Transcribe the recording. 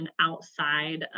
outside